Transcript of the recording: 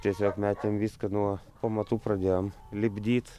tiesiog metėm viską nuo pamatų pradėjom lipdyt